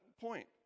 point